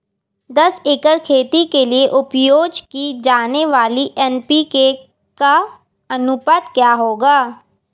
दस एकड़ खेती के लिए उपयोग की जाने वाली एन.पी.के का अनुपात क्या होगा?